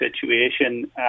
situation